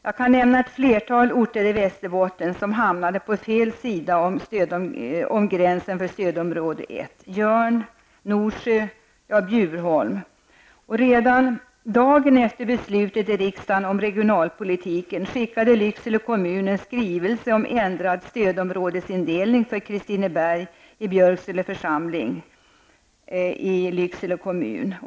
Jag kan nämna ett flertal orter i Västerbotten som hamnade på fel sida om gränsen för stödområde 1, nämligen Jörn, Bjurholm och Norsjö. Redan dagen efter beslutet i riksdagen om regionalpolitiken skickade Lycksele kommun en skrivelse om ändrad stödområdesindelning för Kristineberg i Björksele församling i Lycksele.